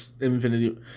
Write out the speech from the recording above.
Infinity